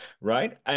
right